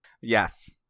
Yes